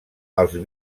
els